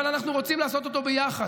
אבל אנחנו רוצים לעשות אותו ביחד,